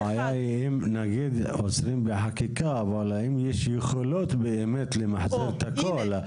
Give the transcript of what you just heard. אם אוסרים בחקיקה, האם יש יכולות למחזר את הכל?